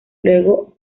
luego